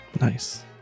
nice